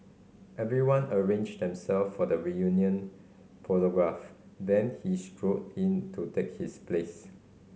everyone arranged themself for the reunion photograph then he strode in to take his place